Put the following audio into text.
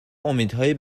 امیدهای